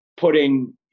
putting